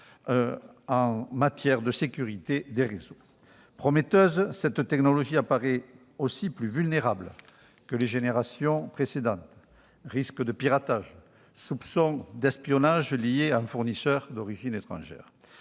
en matière de sécurité des réseaux. Prometteuse, cette technologie apparaît aussi plus vulnérable que celles des générations précédentes : risques de piratage, soupçons d'espionnage liés à un fournisseur d'origine étrangère